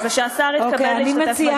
השר זאב אלקין, אי-אפשר לראות אותו אפילו.